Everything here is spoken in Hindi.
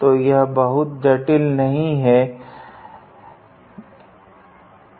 तो यह बहुत जटिल नहीं है गीता करने में